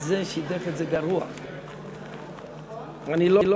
וקבוצת סיעת חד"ש לסעיף 47(6) לא נתקבלה.